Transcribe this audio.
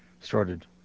started